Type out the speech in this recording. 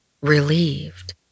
relieved